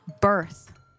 birth